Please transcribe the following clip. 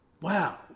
wow